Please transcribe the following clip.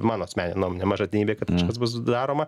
mano asmenine nuomone maža tikimybė kad kažkas bus daroma